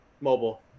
mobile